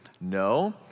No